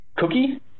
Cookie